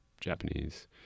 japanese